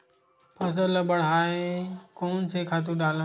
फसल ल बढ़ाय कोन से खातु डालन?